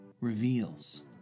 reveals